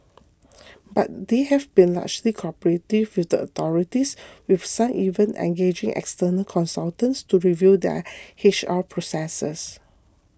but they have been largely cooperative with the authorities with some even engaging external consultants to review their H R processes